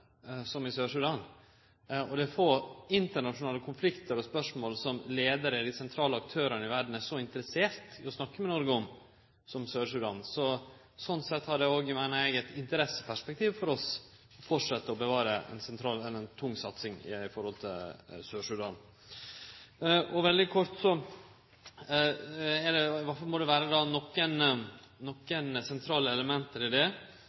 som i Sør-Sudan, og det er få internasjonale konfliktar og spørsmål som leiarane, dei sentrale aktørane i verda, er så interesserte i å snakke med Noreg om, som Sør-Sudan, så slik sett har det òg – meiner eg – eit interesseperspektiv for oss å bevare ei sentral og tung satsing i forhold til Sør-Sudan. Veldig kort: Det må vere nokre sentrale element i det. Det eine er å halde fram med den tunge bistandsinnsatsen vi har i